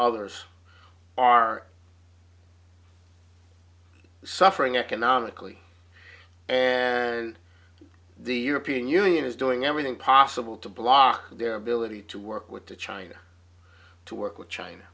others are suffering economically and the european union is doing everything possible to block their ability to work with the china to work with china